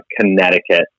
Connecticut